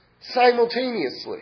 simultaneously